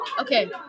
Okay